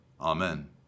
Amen